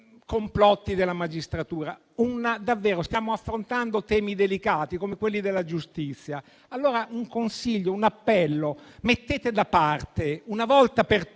complotti della magistratura. Stiamo davvero affrontando temi delicati come quelli della giustizia e, quindi, rivolgo un consiglio, un appello: mettete da parte una volta per